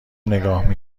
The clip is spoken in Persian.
نگاه